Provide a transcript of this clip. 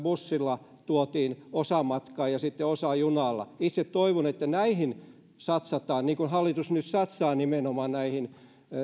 bussilla tuotiin osa matkaa ja sitten osa junalla itse toivon että näihin satsataan niin kuin hallitus nyt satsaa nimenomaan näihin